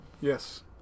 Yes